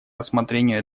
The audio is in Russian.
рассмотрению